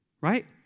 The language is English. Right